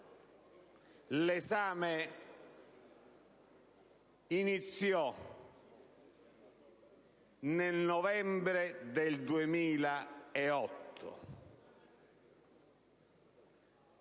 l'esame iniziò nel novembre 2008;